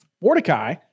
Mordecai